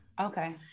Okay